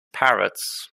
parrots